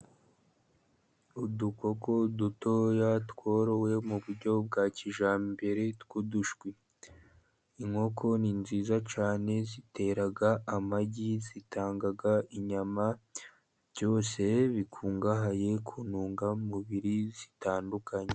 Udukoko dutoya tworowe mu buryo bwa kijyambere tw'udushwi, inkoko ni nziza cyane zitera amagi, zitanga inyama, byose bikungahaye ku ntungamubiri zitandukanye.